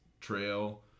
trail